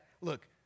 look